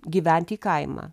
gyventi į kaimą